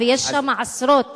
ויש שם עשרות,